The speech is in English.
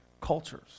cultures